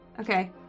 Okay